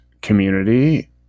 community